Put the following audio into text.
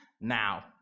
now